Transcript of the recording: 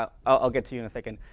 ah i'll get to you in a second.